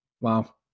Wow